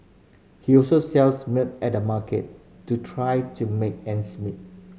he also sells milk at the market to try to make ends meet